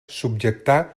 subjectar